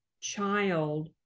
child